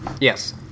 Yes